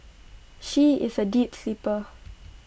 she is A deep sleeper